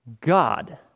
God